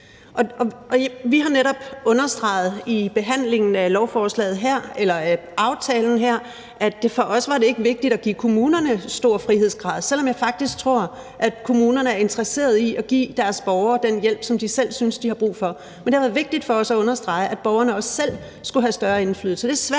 Vi har netop understreget i behandlingen af aftalen her, at det for os ikke var vigtigt at give kommunerne stor frihedsgrad, selv om jeg faktisk tror, at kommunerne er interesserede i at give deres borgere den hjælp, som de selv synes de har brug for. Men det har været vigtigt for os at understrege, at borgerne også selv skulle have større indflydelse.